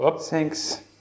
thanks